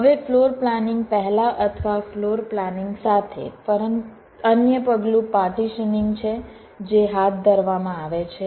હવે floor planning પહેલાં અથવા ફ્લોર પ્લાનિંગ સાથે અન્ય પગલું પાર્ટીશનિંગ છે જે હાથ ધરવામાં આવે છે